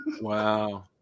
Wow